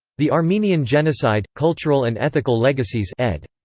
the armenian genocide cultural and ethical legacies ed.